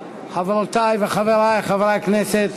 חברותי וחברי חברי הכנסת,